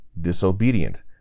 disobedient